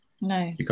No